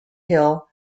hill